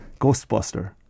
ghostbuster